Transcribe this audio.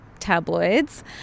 tabloids